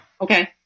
Okay